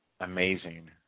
Amazing